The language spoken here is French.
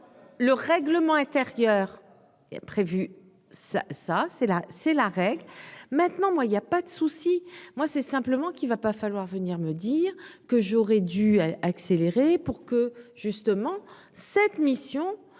le règlement intérieur est prévu ça, ça c'est la c'est la règle maintenant moi il y a pas de souci, moi c'est simplement qu'il va pas falloir venir me dire que j'aurais dû accélérer pour que justement cette mission